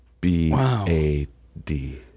B-A-D